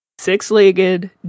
Six-legged